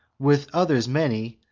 with others many,